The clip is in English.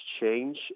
change